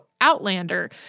outlander